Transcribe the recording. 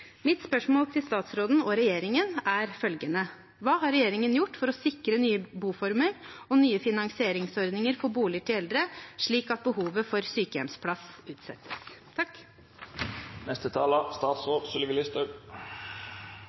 Mitt spørsmål til statsråden og regjeringen er følgende: Hva har regjeringen gjort for å sikre nye boformer og nye finansieringsordninger for boliger til eldre, slik at behovet for sykehjemsplass utsettes?